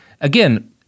again